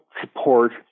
support